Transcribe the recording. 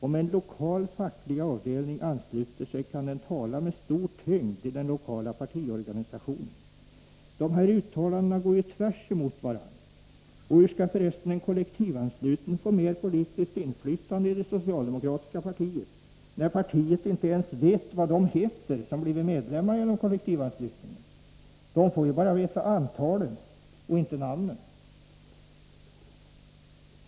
Om en lokal facklig avdelning ansluter sig, kan den tala med stor tyngd i den lokala partiorganisationen.” Dessa uttalanden går tvärtemot varandra. Hur skall för resten kollektivanslutna få mer politiskt inflytande i det socialdemokratiska partiet, när partiet inte ens vet vad de som blivit medlemmar genom kollektivanslutning heter? Partiet får ju bara veta antalet och inte namnen.